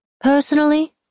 personally